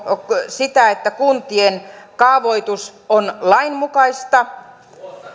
sitä että kuntien kaavoitus on lainmukaista ely